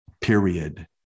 Period